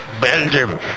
Belgium